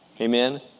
Amen